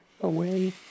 away